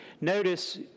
notice